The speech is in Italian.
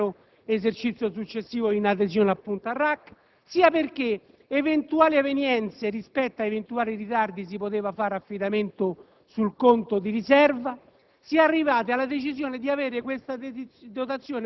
sia perché l'intera somma poteva essere traslata sull'intero esercizio successivo, in adesione appunto al RAC, sia perché per eventuali evenienze, rispetto ad eventuali ritardi, si poteva fare affidamento sul conto di riserva),